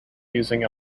using